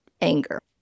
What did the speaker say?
anger